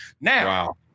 Now